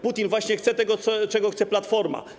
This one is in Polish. Putin właśnie chce tego, czego chce Platforma.